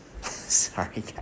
Sorry